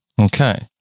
Okay